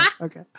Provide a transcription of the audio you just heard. okay